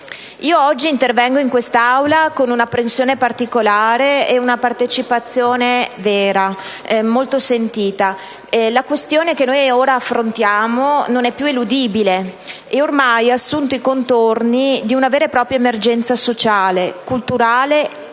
Oggi intervengo in quest'Aula con un'apprensione particolare e una partecipazione vera, molto sentita. La questione che ora affrontiamo non è più eludibile e ha ormai assunto i contorni di una vera e propria emergenza sociale, culturale e,